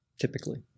typically